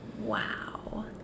Wow